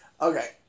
okay